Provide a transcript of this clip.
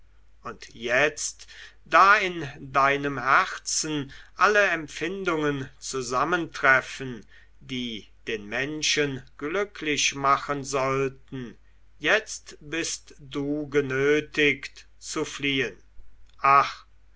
und jetzt da in deinem herzen alle empfindungen zusammentreffen die den menschen glücklich machen sollten jetzt bist du genötigt zu fliehen ach